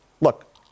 Look